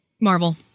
Marvel